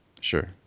Sure